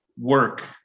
work